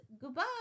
Goodbye